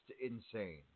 insane